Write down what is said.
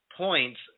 Points